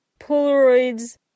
Polaroids